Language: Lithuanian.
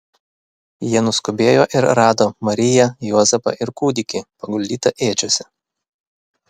jie nuskubėjo ir rado mariją juozapą ir kūdikį paguldytą ėdžiose